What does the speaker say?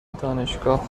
دانشگاه